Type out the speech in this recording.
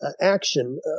action